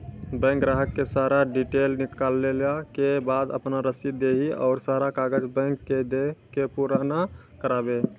Bank ग्राहक के सारा डीटेल निकालैला के बाद आपन रसीद देहि और सारा कागज बैंक के दे के पुराना करावे?